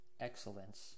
excellence